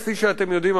כפי שאתם יודעים,